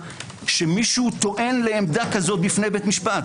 שמישהו טוען לעמדה כזו בפני בית משפט.